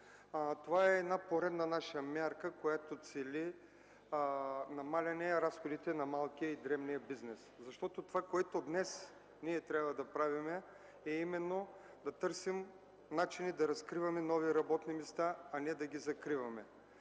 Това е поредна наша мярка, която цели намаляване на разходите на малкия и среден бизнес. Това, което трябва да правим днес, е да търсим начини да разкриваме нови работни места, а не да ги закриваме.